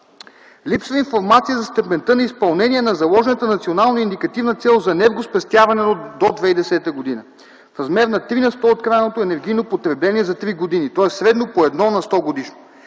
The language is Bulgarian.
„Липсва информация за степента на изпълнение на заложената национална индикативна цел за енергоспестяване до 2010 г. в размер на 3 на сто от крайното енергийно потребление за три години (тоест средно по 1 на сто годишно).